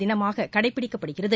தினமாக கடைபிடிக்கப்படுகிறது